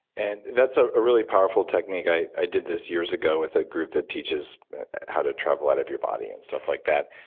and that's ah a really powerful technique. i i did this years ago with a group that teaches how to travel out of your body and stuff like that.